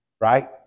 Right